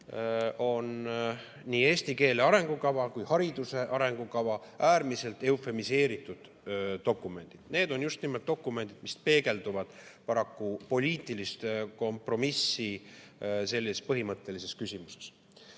on nii eesti keele arengukava kui ka hariduse arengukava äärmiselt eufemiseeritud dokumendid. Need on just nimelt dokumendid, mis peegeldavad paraku poliitilist kompromissi selles põhimõttelises küsimuses.